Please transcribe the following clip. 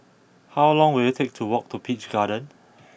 how long will it take to walk to Peach Garden